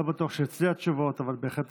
לא בטוח שאצלי התשובות, אבל בהחלט אחשוב.